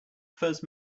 first